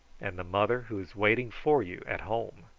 and the mother who is waiting for you at home.